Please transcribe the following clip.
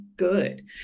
good